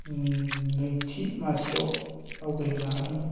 नैथि मासियाव आवगायनो हादोंमोन